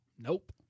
Nope